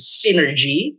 synergy